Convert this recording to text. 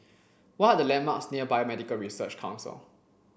what are the landmarks near Biomedical Research Council